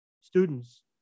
students